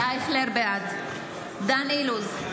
בעד דן אילוז,